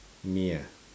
me ah